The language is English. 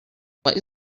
what